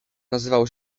nazywał